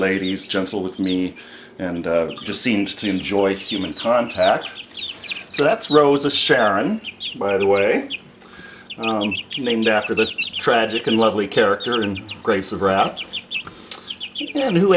ladies gentle with me and just seems to enjoy human contact so that's rose of sharon by the way she named after this tragic and lovely character and grapes of wrath and who